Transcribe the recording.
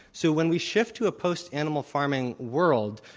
so when we shift to a post-animal farming world,